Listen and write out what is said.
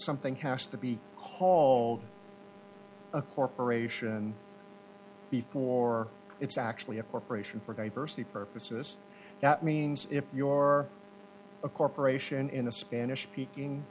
something has to be hauled a corporation before it's actually a corporation for very st the purposes that means if your a corporation in a spanish speaking